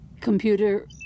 Computer